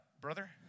brother